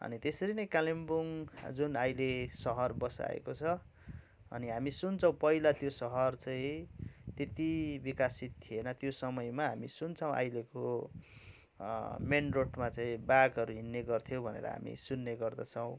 अनि त्यसरी नै कालिम्पोङ जुन अहिले सहर बसाएको छ अनि हामी सुन्छौँ पहिला त्यो सहर चाहिँ त्यति विकसित थिएन त्यो समयमा हामी सुन्छौँ अहिलेको मेन रोडमा चाहिँ बाघहरू हिँड्ने गर्थ्यो भनेर हामी सुन्ने गर्दछौँ